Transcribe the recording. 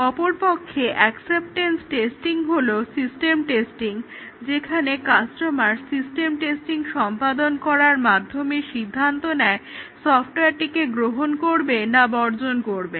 অপরপক্ষে acceptance testing হলো system testing যেখানে কাস্টমার সিস্টেম টেস্টিং সম্পাদন করার মাধ্যমে সিদ্ধান্ত নেয় সফটওয়্যারটিকে গ্রহণ করবে না বর্জন করবে